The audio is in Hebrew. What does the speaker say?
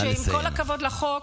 שעם כל הכבוד לחוק,